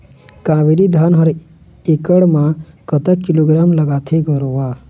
कावेरी धान हर एकड़ म कतक किलोग्राम लगाथें गरवा?